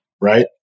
right